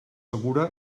segura